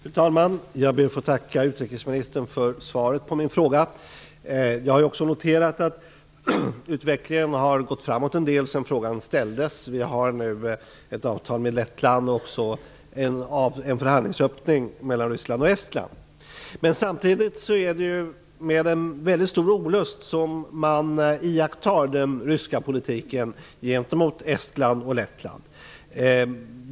Fru talman! Jag ber att få tacka utrikesministern för svaret på min fråga. Också jag har noterat att utvecklingen har gått framåt en del sedan frågan ställdes. Det finns nu ett avtal med Lettland, och det har kommit en förhandlingsöppning mellan Ryssland och Estland. Men samtidigt är det med en mycket stark olust som man iakttar den ryska politiken gentemot Estland och Lettland.